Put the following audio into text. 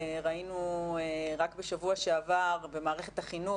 ראינו רק בשבוע שעבר במערכת החינוך,